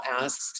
asked